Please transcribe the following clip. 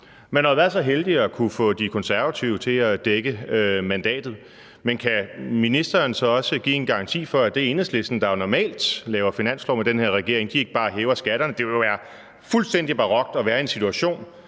Man har jo været så heldig at kunne få De Konservative til at dække mandatet, men kan ministeren så også give en garanti for, at Enhedslisten, der jo normalt laver finanslov med den her regering, ikke bare hæver skatterne? Det ville jo være fuldstændig barokt at være i en situation,